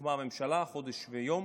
שהוקמה הממשלה, חודש ויום,